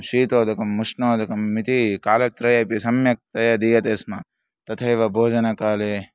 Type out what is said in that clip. शीतोदकम् उष्णोदकम् इति कालत्रये अपि सम्यक्तया दीयते स्म तथैव भोजनकाले